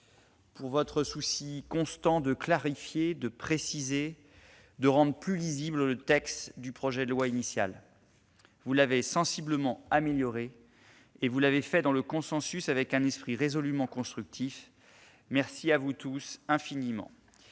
; de votre souci constant de clarifier, de préciser, de rendre plus lisible le texte du projet de loi initial. Vous l'avez sensiblement amélioré, et vous l'avez fait dans le consensus, avec un esprit résolument constructif. Merci à tous, infiniment